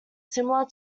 similar